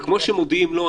וכמו שמודיעים לו,